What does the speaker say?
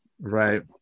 Right